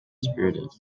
spirited